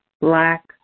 black